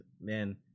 Man